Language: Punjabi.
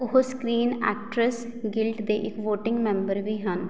ਉਹ ਸਕ੍ਰੀਨ ਐਕਟਰਸ ਗਿਲਡ ਦੇ ਇੱਕ ਵੋਟਿੰਗ ਮੈਂਬਰ ਵੀ ਹਨ